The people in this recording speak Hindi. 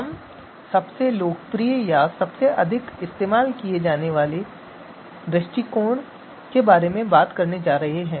हम सबसे लोकप्रिय या सबसे अधिक इस्तेमाल किए जाने वाले दृष्टिकोण के बारे में बात करने जा रहे हैं